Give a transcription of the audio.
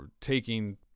taking